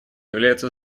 является